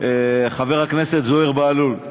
חבר הכנסת זוהיר בהלול,